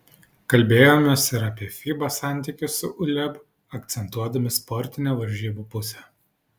kalbėjomės ir apie fiba santykius su uleb akcentuodami sportinę varžybų pusę